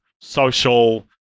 social